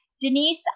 Denise